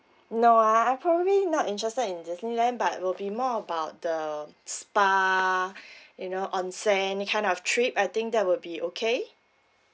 no I I probably not interested in disneyland but will be more about the spa you know onsen that kind of trip I think that would be okay